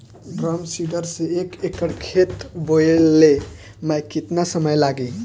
Drum seeder से एक एकड़ खेत बोयले मै कितना समय लागी?